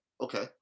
okay